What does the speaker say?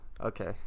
Okay